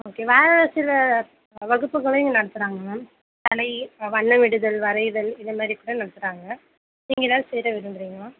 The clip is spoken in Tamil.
ஓகே வேறு சில வகுப்புகளையும் நடத்துகிறாங்க மேம் கலை வண்ணமிடுதல் வரைதல் இது மாதிரி கூட நடத்துகிறாங்க நீங்கள் எதாவது சேர விரும்புகிறீங்களா